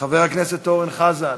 חבר הכנסת אורן חזן.